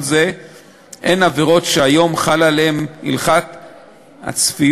זה הן עבירות שהיום חלה עליהן הלכת הצפיות,